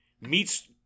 meets